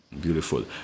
Beautiful